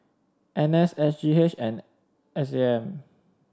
N S S G H and S A M